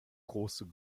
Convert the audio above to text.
große